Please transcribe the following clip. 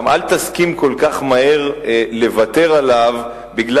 גם כן אל תסכים כל כך מהר לוותר עליו מפני